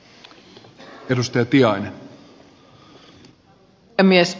arvoisa puhemies